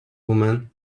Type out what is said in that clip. woman